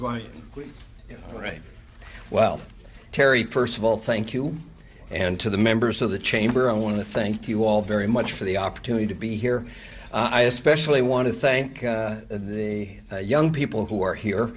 line right well terry first of all thank you and to the members of the chamber i want to thank you all very much for the opportunity to be here i especially want to thank the young people who are here